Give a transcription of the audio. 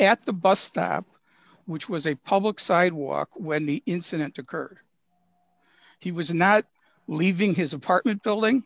at the bus stop which was a public sidewalk when the incident occurred he was not leaving his apartment building